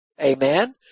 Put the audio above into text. amen